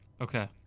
Okay